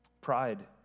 Pride